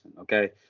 okay